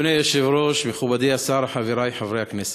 אדוני היושב-ראש, מכובדי השר, חברי חברי הכנסת,